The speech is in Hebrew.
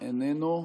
איננו,